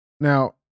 Now